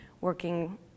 working